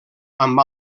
amb